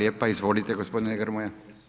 Izvolite gospodine Grmoja.